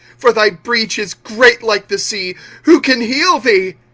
for thy breach is great like the sea who can heal thee?